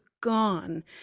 gone